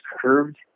curved